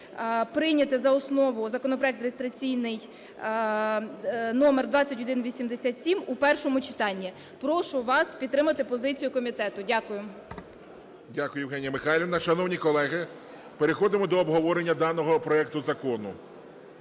прийняти за основу законопроект реєстраційний номер 2187 в першому читанні. Прошу вас підтримати позицію комітету. Дякую. ГОЛОВУЮЧИЙ. Дякую, Євгенія Михайлівна. Шановні колеги, переходимо до обговорення даного проекту закону.